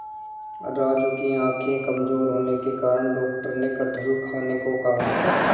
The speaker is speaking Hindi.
राजू की आंखें कमजोर होने के कारण डॉक्टर ने कटहल खाने को कहा